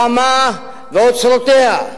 ימה ואוצרותיה.